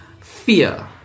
fear